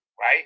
right